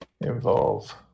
involve